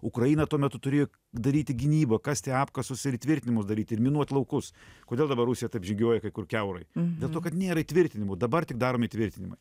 ukraina tuo metu turėjo daryti gynybą kasti apkasus ir įtvirtinimus daryti ir minuoti laukus kodėl dabar rusija taip žygiuoja kai kur kiaurai dėl to kad nėra įtvirtinimų dabar tik daromi įtvirtinimai